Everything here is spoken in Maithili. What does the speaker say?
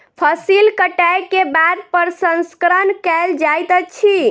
फसिल कटै के बाद प्रसंस्करण कयल जाइत अछि